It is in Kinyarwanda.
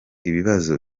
ibibazo